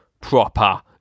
proper